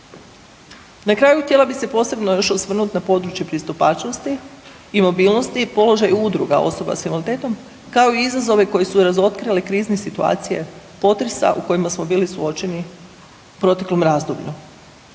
Na kraju htjela bih se posebno još osvrnuti na područje pristupačnosti i mobilnosti i položaj udruga osoba s invaliditetom kao i izazove koje su razotkrile krizne situacije potresa u kojima smo bili suočeni u proteklom razdoblju.